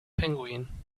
penguin